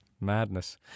Madness